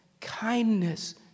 kindness